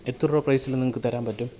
എത്ര രൂപ പ്രൈസിൽ നിങ്ങൾക്ക് തരാൻ പറ്റും